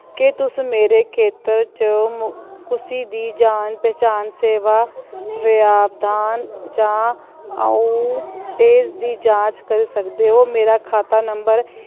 क्या तुस मेरे खेतर च कुसी दी जान पहचान सेवा व्यवधान जां आउटेज दी जांच करी सकदे ओ मेरा खाता नंबर